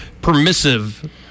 permissive